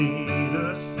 Jesus